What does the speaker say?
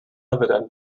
evident